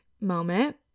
moment